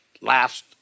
last